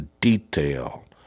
detail